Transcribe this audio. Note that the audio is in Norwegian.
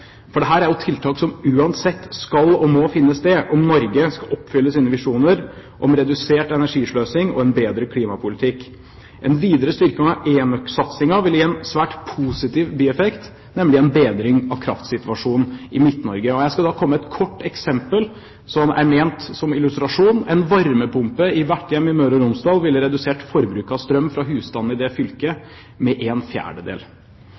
er tiltak som uansett skal og må finne sted om Norge skal oppfylle sine visjoner om redusert energisløsing og en bedre klimapolitikk. En videre styrking av enøksatsingen vil gi en svært positiv bieffekt, nemlig en bedring av kraftsituasjonen i Midt-Norge. Jeg skal komme med et eksempel, som er ment som en illustrasjon: En varmepumpe i hvert hjem i Møre og Romsdal ville redusert forbruket av strøm fra husstandene i det fylket med en fjerdedel.